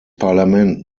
parlament